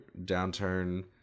downturn